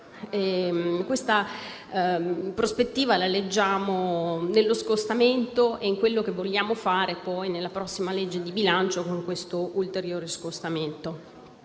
è la prospettiva, che leggiamo nello scostamento e in quello che vorremo fare poi, nella prossima legge di bilancio, con questo ulteriore scostamento.